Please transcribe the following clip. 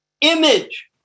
image